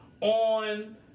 on